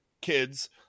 kids